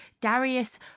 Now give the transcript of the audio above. Darius